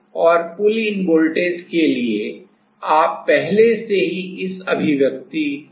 और pull in voltage के लिए आप पहले से ही इस अभिव्यक्ति से जानते हैं